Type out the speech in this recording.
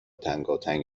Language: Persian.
تنگاتنگ